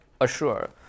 assure